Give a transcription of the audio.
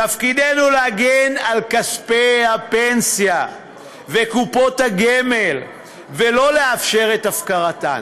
תפקידנו להגן על כספי הפנסיה וקופות הגמל ולא לאפשר את הפקרתן.